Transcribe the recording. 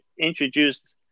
introduced